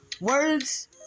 Words